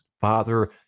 father